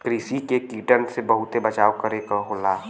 कृषि में कीटन से बहुते बचाव करे क होला